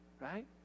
Right